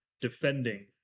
defending